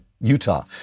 Utah